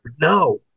No